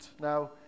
Now